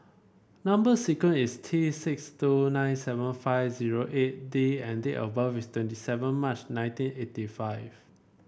number sequence is T six two nine seven five zero eight D and date of birth is twenty seven March nineteen eighty five